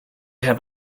have